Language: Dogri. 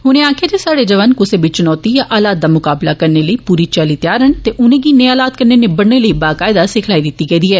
उनें आक्खेआ जे स्हाड़े जवान कुसै बी चुनौती या हालात दा मुकाबला करने लेई पूरी चाल्ली त्यार न ते उनेंगी नेह हालात कन्ने निब्बड़ने लेई बाकायदा सिखलाई दित्ती गेदी ऐ